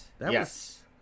Yes